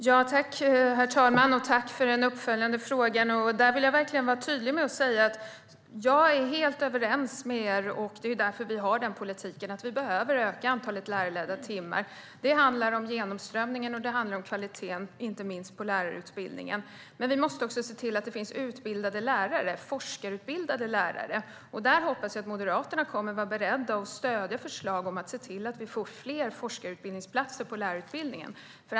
Herr talman! Jag tackar för den uppföljande frågan. Jag vill verkligen vara tydlig med att säga att jag är helt överens med er, Maria Stockhaus. Det är därför vi har den politik vi har. Vi behöver öka antalet lärarledda timmar. Det handlar om genomströmningen, och det handlar om kvaliteten - inte minst på lärarutbildningen. Vi måste dock även se till att det finns forskarutbildade lärare, och där hoppas jag att Moderaterna kommer att vara beredda att stödja förslag om fler forskarutbildningsplatser på lärarutbildningen.